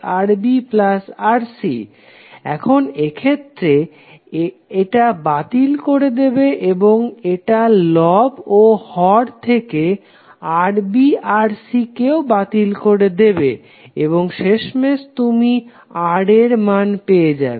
R1RbRcRaRbRc এখন এইক্ষেত্রে এটা বাতিল করে দেবে এবং এটা লব ও হর থেকে Rb Rc কেও বাতিল করে দেবে এবং শেষমেশ তুমি Ra এর মান পেয়ে যাবে